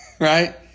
Right